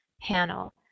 panel